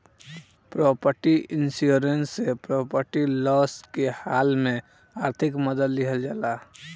property insurance से property loss के हाल में आर्थिक मदद लीहल जाला